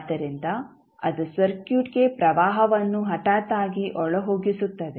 ಆದ್ದರಿಂದ ಅದು ಸರ್ಕ್ಯೂಟ್ಗೆ ಪ್ರವಾಹವನ್ನು ಹಠಾತಾಗಿ ಒಳಹೋಗಿಸುತ್ತದೆ